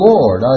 Lord